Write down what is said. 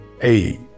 Hey